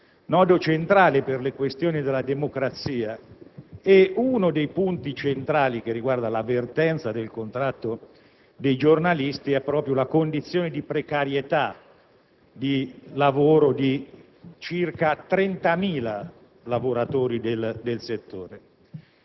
nodo centrale per le questioni della democrazia. Uno dei punti centrali della vertenza sul contratto dei giornalisti è proprio la condizione di precarietà di circa 30.000 lavoratori del settore.